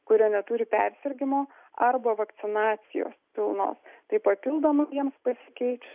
kurie neturi persirgimo arba vakcinacijos pilnos tai papildomai jiems pasikeičia